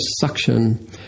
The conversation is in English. suction